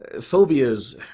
phobias